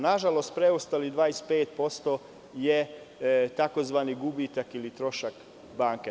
Nažalost, preostalih 25% je tzv. gubitak ili trošak banke.